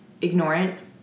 ignorant